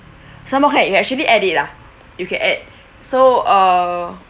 sambal can you can actually add it lah you can add so uh